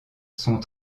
sont